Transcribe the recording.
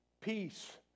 peace